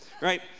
right